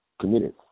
Committed